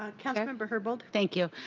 um kind of and and but herbold? thank you.